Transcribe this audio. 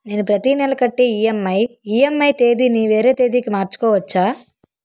నేను నా ప్రతి నెల కట్టే ఈ.ఎం.ఐ ఈ.ఎం.ఐ తేదీ ని వేరే తేదీ కి మార్చుకోవచ్చా?